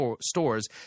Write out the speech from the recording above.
stores